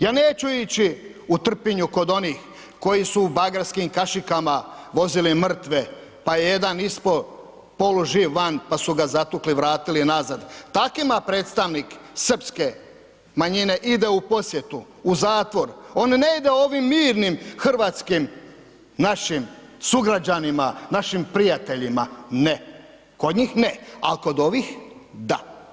Ja neću ići u Trpinju kod onih koji su u bagerskim kašikama vozili mrtve, pa je jedan isp'o poluživ van, pa su ga zatukli i vratili nazad, takvima predstavnik srpske manjine ide u posjetu, u zatvor, on ne ide ovim mirnim hrvatskim našim sugrađanima, našim prijateljima, ne, kod njih ne, al' kod ovih da.